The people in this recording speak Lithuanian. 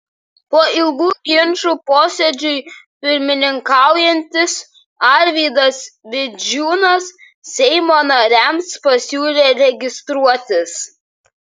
po ilgų ginčų posėdžiui pirmininkaujantis arvydas vidžiūnas seimo nariams pasiūlė registruotis